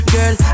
Girl